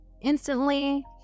instantly